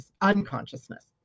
unconsciousness